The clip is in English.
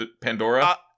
Pandora